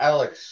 Alex